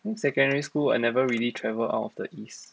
in secondary school I never really travel out of the east